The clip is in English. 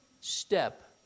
step